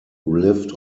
lived